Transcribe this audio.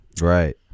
Right